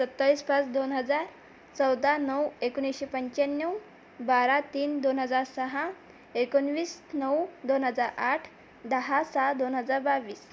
सत्तावीस पाच दोन हजार चौदा नऊ एकोणिसशे पंच्याण्णव बारा तीन दोन हजार सहा एकोणवीस नऊ दोन हजार आठ दहा सहा दोन हजार बावीस